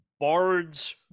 bards